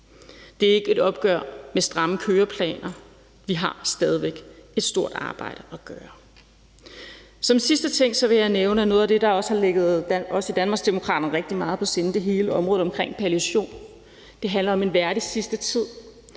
Det er ikke et opgør med stramme køreplaner. Vi har stadig væk et stort arbejde at gøre. Som en sidste ting vil jeg nævne, at noget af det, der også har ligget os i Danmarksdemokraterne rigtig meget på sinde, er hele området omkring palliation. Det handler om en værdig sidste tid.